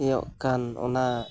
ᱭᱚᱜ ᱠᱟᱱ ᱚᱱᱟ